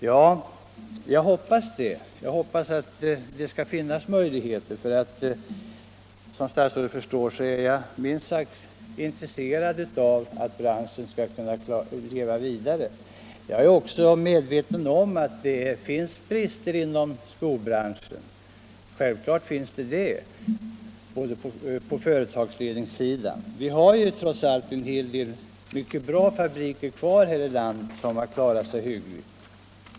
Ja, jag hoppas att det nu skall öppna sig sådana möjligheter, för som statsrådet förstår är jag minst sagt intresserad av att branschen skall kunna leva vidare. Jag är självfallet också medveten om att det finns brister på företagsledningssidan inom skobranschen, men trots allt har vi en hel del mycket bra fabriker kvar här i landet som har klarat sig hyggligt.